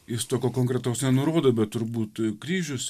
jis tokio konkretaus nenurodo bet turbūt kryžius